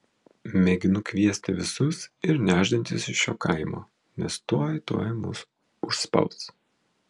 mėginu kviesti visus ir nešdintis iš šio kaimo nes tuoj tuoj mus užspaus